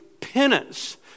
penance